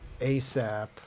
ASAP